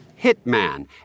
hitman